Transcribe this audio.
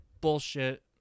Bullshit